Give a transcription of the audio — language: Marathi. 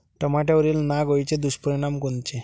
टमाट्यावरील नाग अळीचे दुष्परिणाम कोनचे?